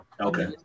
Okay